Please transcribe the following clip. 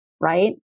Right